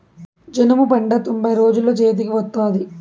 జనుము పంట తొంభై రోజుల్లో చేతికి వత్తాది